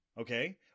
okay